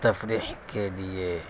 تفریح کے لیے